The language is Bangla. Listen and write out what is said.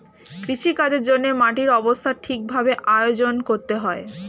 কৃষিকাজের জন্যে মাটির অবস্থা ঠিক ভাবে আয়োজন করতে হয়